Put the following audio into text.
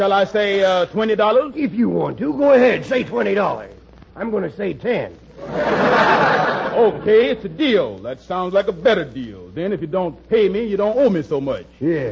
all i say twenty dollars if you want to go ahead say twenty dollars i'm going to say ten ok it's a deal that sounds like a better deal then if you don't pay me you don't own me so much yeah